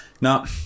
Now